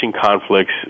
conflicts